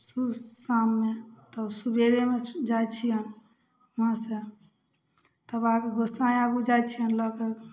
सु शाममे तब सबेरेमे जाइ छिअनि वहाँसँ तब आगू गोसाँइ आगू जाइ छिअनि लऽ कऽ